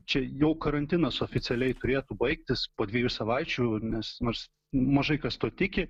čia jau karantinas oficialiai turėtų baigtis po dviejų savaičių nes nors mažai kas tuo tiki